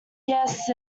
yes